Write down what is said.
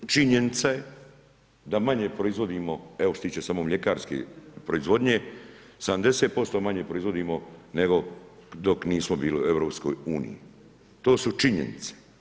Činjenica je da manje proizvodimo, evo što se tiče samo mljekarske proizvodnje 70% manje proizvodimo nego dok nismo bili u EU, to su činjenice.